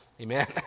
Amen